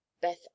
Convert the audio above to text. beth